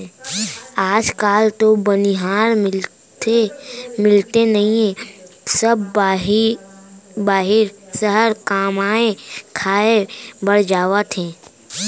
आज काल तो बनिहार मिलते नइए सब बाहिर बाहिर सहर कमाए खाए बर जावत हें